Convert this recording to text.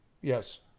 Yes